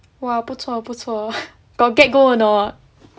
!wah! 不错不错 got get gold or not